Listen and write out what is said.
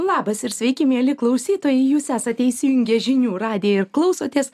labas ir sveiki mieli klausytojai jūs esate įsijungę žinių radiją ir klausotės